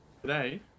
today